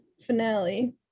finale